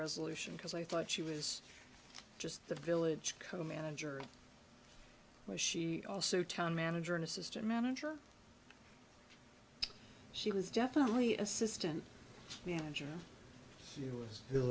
resolution because i thought she was just the village co manager was she also town manager an assistant manager she was definitely assistant manager